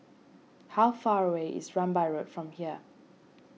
how far away is Rambai Road from here